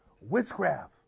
witchcraft